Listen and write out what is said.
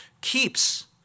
keeps